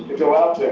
go out there